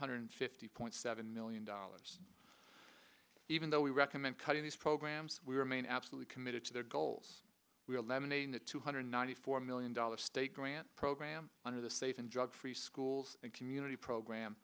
hundred fifty point seven million dollars even though we recommend cutting these programs we remain absolutely committed to their goals we are laminating the two hundred ninety four million dollars state grant program under the safe and drug free schools and community program